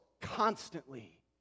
constantly